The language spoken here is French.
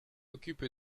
occupe